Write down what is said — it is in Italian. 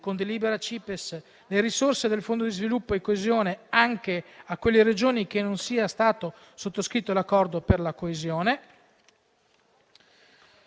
con delibera CIPESS, le risorse del Fondo di sviluppo e coesione anche a quelle Regioni con cui non sia stato sottoscritto l'Accordo per la coesione.